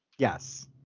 Yes